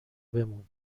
بمون